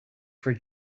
for